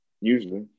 usually